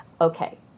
okay